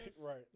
Right